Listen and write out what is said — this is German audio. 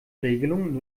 regelungen